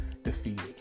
defeated